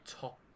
top